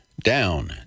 down